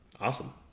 awesome